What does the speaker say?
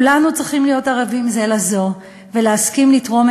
כולנו צריכים להיות ערבים זה לזו ולהסכים לתרום